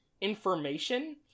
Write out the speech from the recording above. information